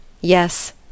Yes